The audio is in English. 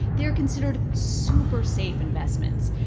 they're considered super-safe investments.